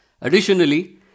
Additionally